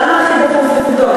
למה הכי דחוף לבדוק,